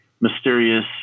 mysterious